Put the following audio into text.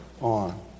on